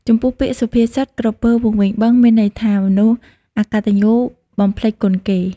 ចំពោះពាក្យ សុភាសិត ក្រពើវង្វេងបឹងមានន័យថា មនុស្សអកត្តញ្ញូបំភ្លេចគុណគេ ។